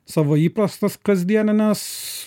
savo įprastas kasdienes